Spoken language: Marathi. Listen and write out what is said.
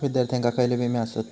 विद्यार्थ्यांका खयले विमे आसत?